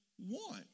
want